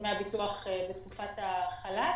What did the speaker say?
מדמי הביטוח בתקופת החל"ת.